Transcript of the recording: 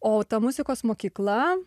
o ta muzikos mokykla